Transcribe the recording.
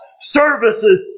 services